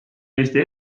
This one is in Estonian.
eesti